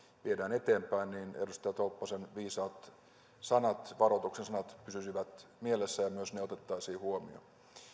viedään eteenpäin edustaja tolppasen viisaat varoituksen sanat pysyisivät mielessä ja myös ne otettaisiin huomioon